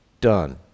done